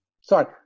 sorry